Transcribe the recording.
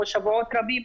או שבועות רבים,